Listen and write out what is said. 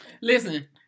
Listen-